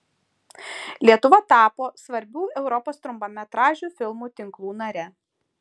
lietuva tapo svarbių europos trumpametražių filmų tinklų nare